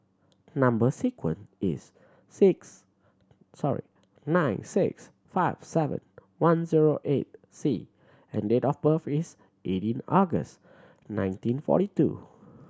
number sequence is six sorry nine six five seven one zero eight C and date of birth is eighteen August nineteen forty two